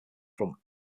from